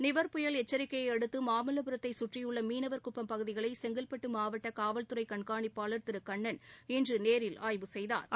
நிவர் புயல் எச்சரிக்கையை அடுத்துமாமல்லபுத்தைசுற்றியுள்ளமீனவர் குப்பம் பகுதிகளைசெங்கல்பட்டுமாவட்டகாவல்துறைகண்காணிப்பாளா் திருகண்ணன் இன்றுநேரில் ஆய்வு செய்தாா்